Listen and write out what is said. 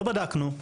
לא בדקנו,